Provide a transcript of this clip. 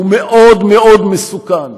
והוא מאוד מאוד מסוכן.